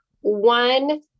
One